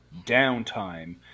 Downtime